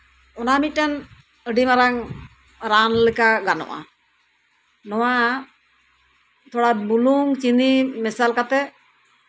ᱚᱱᱟ ᱢᱤᱫᱴᱟᱱ ᱟᱹᱰᱤ ᱢᱟᱨᱟᱝ ᱨᱟᱱ ᱞᱮᱠᱟ ᱜᱟᱱᱚᱜᱼᱟ ᱱᱚᱣᱟ ᱛᱷᱚᱲᱟ ᱵᱩᱞᱩᱝ ᱪᱤᱱᱤ ᱢᱮᱥᱟᱞ ᱠᱟᱛᱮᱜ